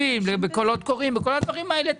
בקולות קוראים, בכל הדברים האלו.